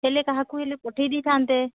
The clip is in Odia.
ହେଲେ କାହାକୁ ହେଲେ ପଠାଇ ଦେଇଥାନ୍ତେ